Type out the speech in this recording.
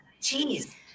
cheese